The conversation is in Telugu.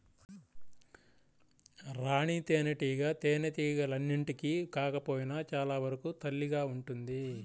రాణి తేనెటీగ తేనెటీగలన్నింటికి కాకపోయినా చాలా వరకు తల్లిగా ఉంటుంది